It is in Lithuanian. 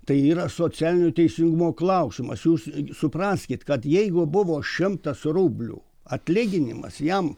tai yra socialinio teisingumo klausimas jūs supraskit kad jeigu buvo šimtas rublių atlyginimas jam